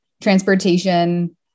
transportation